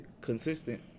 consistent